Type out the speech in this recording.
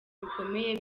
bikomeye